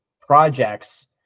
projects